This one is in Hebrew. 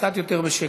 קצת יותר בשקט.